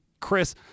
Chris